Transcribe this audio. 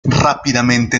rápidamente